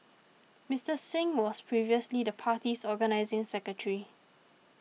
Mister Singh was previously the party's organising secretary